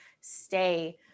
stay